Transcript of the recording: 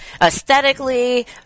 aesthetically